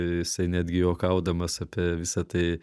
jisai netgi juokaudamas apie visa tai